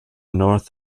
north